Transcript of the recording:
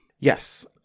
Yes